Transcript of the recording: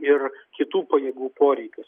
ir kitų pajėgų poreikius